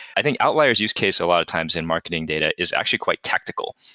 i think outlier s use case a lot of times in marketing data is actually quite tactical.